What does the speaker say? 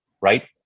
right